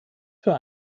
für